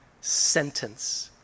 sentence